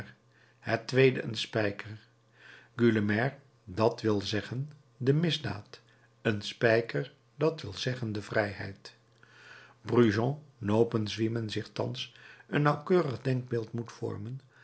het tweede een spijker gueulemer dat wil zeggen de misdaad een spijker dat wil zeggen de vrijheid brujon nopens wien men zich thans een nauwkeurig denkbeeld moet vormen